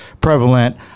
prevalent